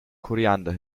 koriander